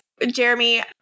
Jeremy